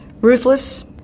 ruthless